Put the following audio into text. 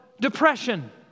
depression